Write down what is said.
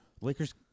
Lakers